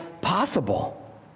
possible